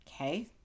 Okay